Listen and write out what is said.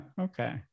okay